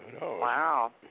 Wow